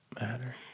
matter